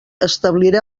establirà